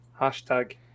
hashtag